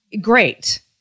great